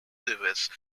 service